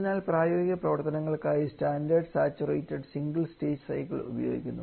അതിനാൽ പ്രായോഗിക പ്രവർത്തനങ്ങൾക്കായി standard saturated single stage cycle ഉപയോഗിക്കുന്നു